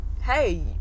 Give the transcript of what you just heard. hey